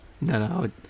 No